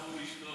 הוא איש טוב.